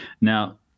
Now